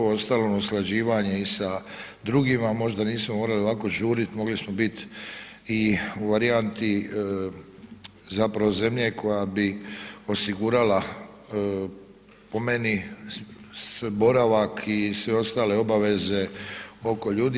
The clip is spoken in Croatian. U ostalom i usklađivanje i sa drugima, možda nismo morali ovako žurit, mogli smo bit i u varijanti zapravo zemlje koja bi osigurala po meni boravak i sve ostale obaveze oko ljudi.